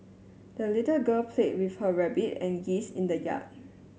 the little girl played with her rabbit and geese in the yard